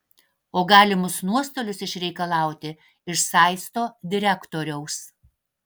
o galimus nuostolius išreikalauti iš saisto direktoriaus